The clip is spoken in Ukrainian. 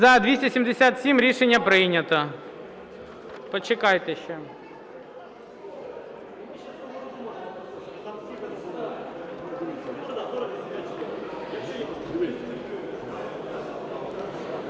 За-277 Рішення прийнято. Почекайте ще.